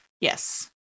Yes